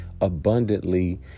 abundantly